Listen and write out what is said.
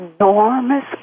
enormous